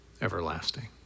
everlasting